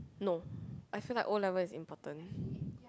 no I feel like O-level is important